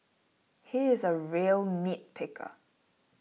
he is a real nitpicker